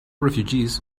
refugees